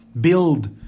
build